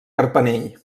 carpanell